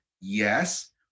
Yes